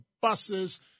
buses